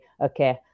okay